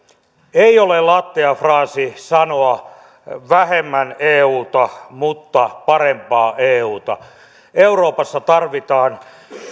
ei ole lattea fraasi sanoa vähemmän euta mutta parempaa euta euroopassa tarvitaan